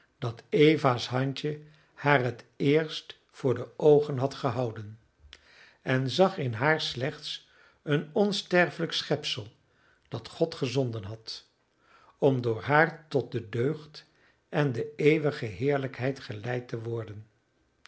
dat eva's handje haar het eerst voor de oogen had gehouden en zag in haar slechts een onsterfelijk schepsel dat god gezonden had om door haar tot de deugd en de eeuwige heerlijkheid geleid te worden